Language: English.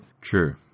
True